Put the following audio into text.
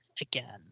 again